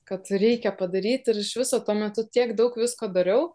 kad reikia padaryt ir iš viso tuo metu tiek daug visko dariau